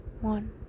One